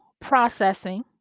processing